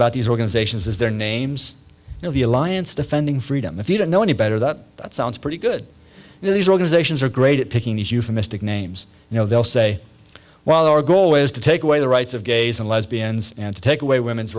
about these organizations as their names you know the alliance defending freedom if you don't know any better that sounds pretty good these organizations are great at picking these euphemistic names you know they'll say well our goal is to take away the rights of gays and lesbians and to take away women's